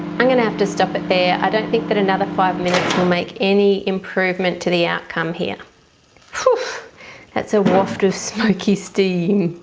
i'm gonna have to stop it there i don't think that another five minutes will make any improvement to the outcome here oh that's a waft of smoky steam.